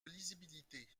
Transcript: lisibilité